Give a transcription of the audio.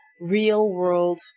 real-world